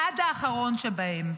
עד האחרון שבהם.